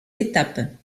étapes